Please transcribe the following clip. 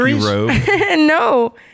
No